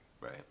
Right